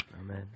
Amen